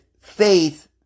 faith